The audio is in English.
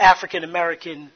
African-American